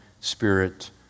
spirit